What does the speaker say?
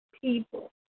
people